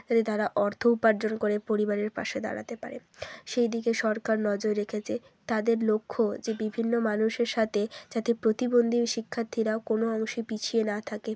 যাতে তারা অর্থ উপার্জন করে পরিবারের পাশে দাঁড়াতে পারে সেই দিকে সরকার নজর রেখেছে তাদের লক্ষ্য যে বিভিন্ন মানুষের সাথে যাতে প্রতিবন্ধী শিক্ষার্থীরাও কোনো অংশে পিছিয়ে না থাকে